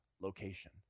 location